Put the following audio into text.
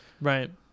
right